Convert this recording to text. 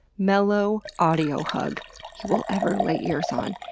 mellow audio hug you will ever lay ears on.